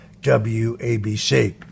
WABC